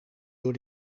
door